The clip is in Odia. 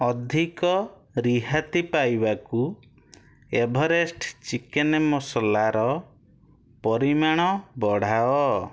ଅଧିକ ରିହାତି ପାଇବାକୁ ଏଭରେଷ୍ଟ ଚିକେନ୍ ମସଲାର ପରିମାଣ ବଢ଼ାଅ